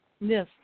Yes